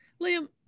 Liam